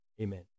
Amen